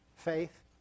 Faith